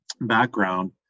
background